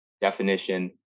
definition